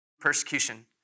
persecution